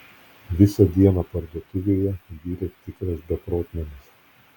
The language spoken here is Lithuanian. visą dieną parduotuvėje virė tikras beprotnamis